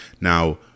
Now